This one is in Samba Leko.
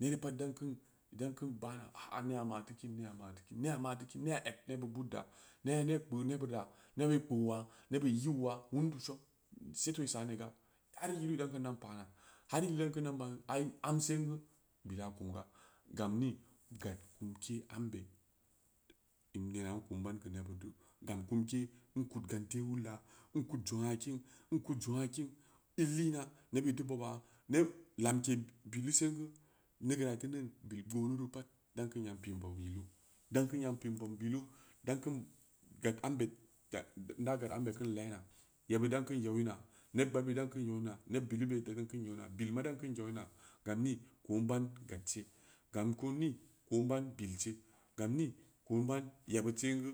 nere pat dan kin ldan kin bana aa ne'a ma teu kin nea ma teu kin nea ma teu kin ne'a eg nebud budda ne'a ne kpeu nebud da neban i kou wa nebud i i'u ya wundu song seto i sani ga har yilu idan keun dan pana har yilu ldan keun dan ban ai am sen geu bda kum ga gam ni gad kumke ambe nena in kum in ban keu nebuddu gam kumke in kud gante wulla in kud jong aa kin- in kud jong aa kin in lina nebud teu boba neb lamke bilu sen geu neugeura i teu neun bil booruri pat dan kin pin bobin yilu dan kin yan pin bobin yilu dan kin gad ambe gada in da gad ambe keun lena yeburi dan keun yawi na- neb gbaad bud idan keun yawna neb bilu be idan kin yawina- bilma dan keun yawina gan ni ko'in ban gad ce gan ko ni ko'in ban bil se gam ni ko'in ban yebud sen geu